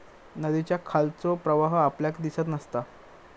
नदीच्या खालचो प्रवाह आपल्याक दिसत नसता